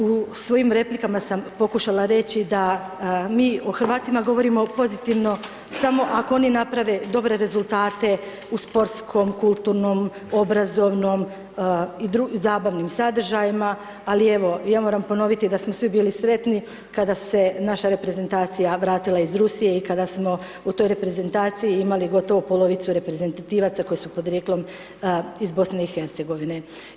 U svojim replikama sam pokušala reći da mi o Hrvatima govorim pozitivno samo ako oni naprave dobre rezultate u sportskim, kulturnim, obrazovnim i zabavnim sadržajima ali evo, ja moram ponoviti da smo svi bili sretni kada se naša reprezentacija vratila iz Rusije i kada smo u toj reprezentaciji imali gotovo polovicu reprezentativaca koji su podrijetlom iz BiH-a.